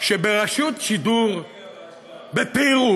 שברשות שידור בפירוק,